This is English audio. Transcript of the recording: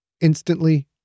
Instantly